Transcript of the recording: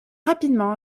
rapidement